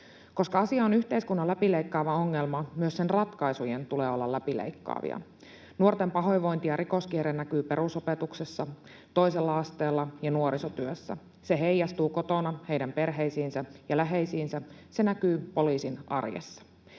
Koska asia on yhteiskunnan läpileikkaava ongelma, myös sen ratkaisujen tulee olla läpileikkaavia. Nuorten pahoinvointi- ja rikoskierre näkyy perusopetuksessa, toisella asteella ja nuorisotyössä. Se heijastuu kotona heidän perheisiinsä ja läheisiinsä. Se näkyy poliisin arjessa.